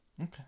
okay